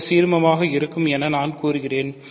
இது ஒரு சீர்மமாக இருக்கும் என நான் கூறுகிறேன்